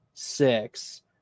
six